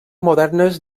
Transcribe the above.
modernes